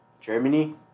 Germany